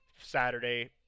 Saturday